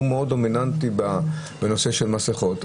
הוא מאוד דומיננטי בנושא של מסכות,